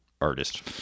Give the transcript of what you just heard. artist